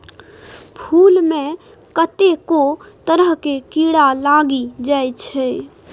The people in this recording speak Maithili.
फुल मे कतेको तरहक कीरा लागि जाइ छै